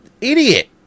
idiot